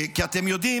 כי אתם יודעים